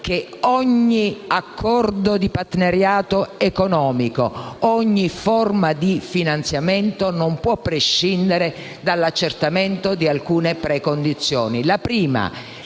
che ogni accordo di partenariato economico e ogni forma di finanziamento non possono prescindere dall'accertamento di alcune precondizioni.